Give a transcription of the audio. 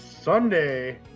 Sunday